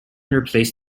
replace